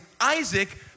Isaac